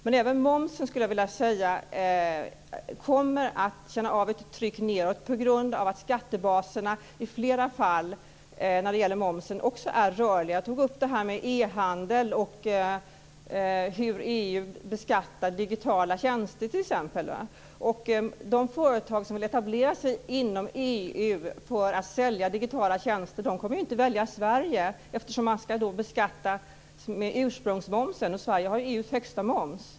Men även momsen kommer, skulle jag vilja säga, att känna av ett tryck nedåt på grund av att också skattebaserna när det gäller momsen i flera fall är rörliga. Jag tog upp det här med e-handel och hur EU t.ex. beskattar digitala tjänster. De företag som vill etablera sig inom EU för att sälja digitala tjänster kommer ju inte att välja Sverige. Man ska ju beskattas med ursprungsmomsen, och Sverige har EU:s högsta moms.